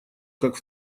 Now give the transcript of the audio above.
как